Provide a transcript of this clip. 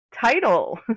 title